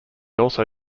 also